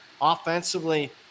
offensively